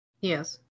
Yes